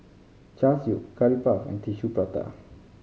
Char Siu Curry Puff and Tissue Prata